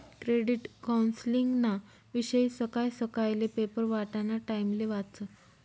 credit कौन्सलिंगना विषयी सकाय सकायले पेपर वाटाना टाइमले वाचं